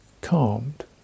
calmed